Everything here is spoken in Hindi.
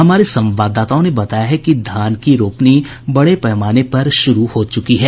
हमारे संवाददाताओं ने बताया है कि धान की रोपनी बड़े पैमाने पर शुरू हो चुकी है